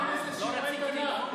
אתה יכול להיכנס לשיעורי תנ"ך,